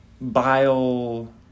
Bile